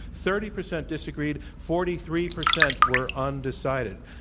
thirty percent disagreed, forty three percent were undecided.